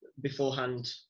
beforehand